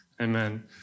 Amen